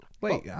Wait